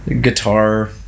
guitar